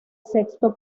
sexto